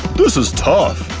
this is tough.